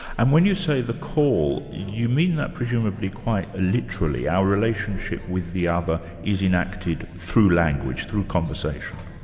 and when you say the call, you mean that presumably quite ah literally our relationship with the other is enacted through language, through conversation.